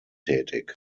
tätig